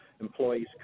employees